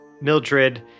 Mildred